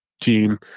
team